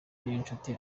niyonshuti